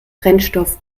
brennstoff